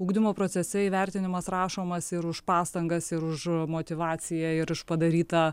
ugdymo procese įvertinimas rašomas ir už pastangas ir už motyvaciją ir padarytą